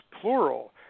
plural